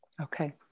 Okay